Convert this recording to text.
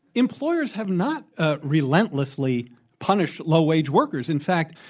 employers have not ah relentlessly punished low-wage workers. in fact,